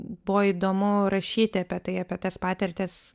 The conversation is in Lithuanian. buvo įdomu rašyti apie tai apie tas patirtis